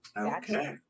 Okay